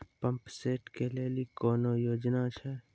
Pump set केलेली कोनो योजना छ?